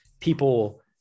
people